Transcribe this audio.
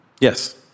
Yes